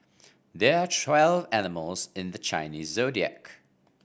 there are twelve animals in the Chinese Zodiac